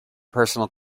personal